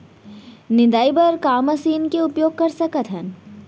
निंदाई बर का मशीन के उपयोग कर सकथन?